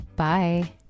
Bye